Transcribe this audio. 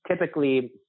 typically